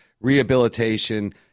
rehabilitation